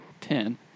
ten